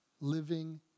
living